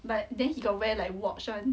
but then he got wear like watch [one]